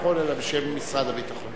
אלא בשם משרד הביטחון.